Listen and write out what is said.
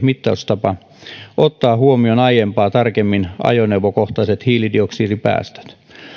mittaustapa ottaa huomioon aiempaa tarkemmin ajoneuvokohtaiset hiilidioksidipäästöt